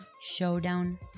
Showdown